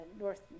north